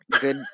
Good